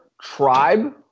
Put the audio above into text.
tribe